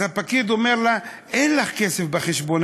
אז הפקיד אומר לה: אין לך כסף בחשבון,